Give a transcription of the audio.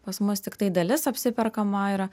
pas mus tiktai dalis apsiperkama yra